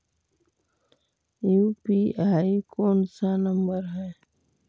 UPI कोन सा number हैं?